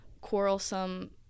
quarrelsome